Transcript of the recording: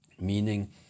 meaning